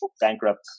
bankrupt